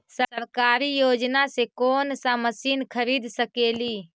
सरकारी योजना से कोन सा मशीन खरीद सकेली?